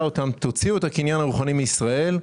אותם להוציא את הקניין הרוחני מישראל,